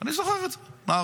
אני זוכר את זה,